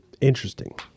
Interesting